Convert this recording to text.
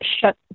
shut